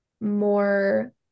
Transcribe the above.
more